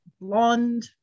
blonde